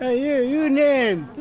ah your your name?